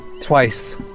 twice